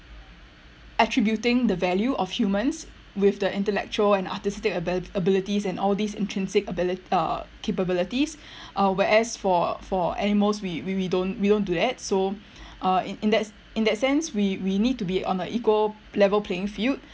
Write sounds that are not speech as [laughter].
attributing the value of humans with the intellectual and artistic abil~ abilities and all these intrinsic abili~ uh capabilities [breath] uh whereas for for animals we we we don't we don't do that so uh in in that in that sense we we need to be on a equal level playing field